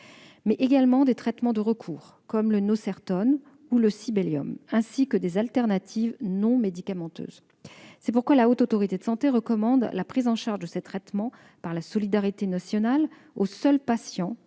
mais également des traitements de recours - comme le Nocertone ou le Sibelium -, ainsi que des alternatives non médicamenteuses. C'est pourquoi la Haute Autorité de santé recommande la prise en charge de ces traitements par la solidarité nationale pour les seuls patients